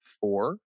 four